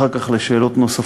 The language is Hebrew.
ואחר כך על שאלות נוספות.